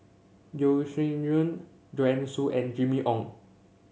Yeo Shih Yun Joanne Soo and Jimmy Ong